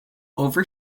over